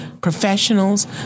professionals